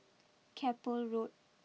Keppel Road